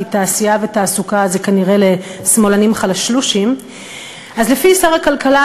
תעשייה ותעסוקה זה כנראה לשמאלנים חלשלושים אז לפי שר הכלכלה,